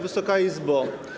Wysoka Izbo!